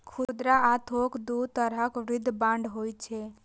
खुदरा आ थोक दू तरहक युद्ध बांड होइ छै